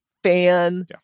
fan